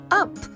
up